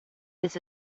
this